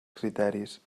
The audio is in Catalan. criteris